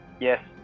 Yes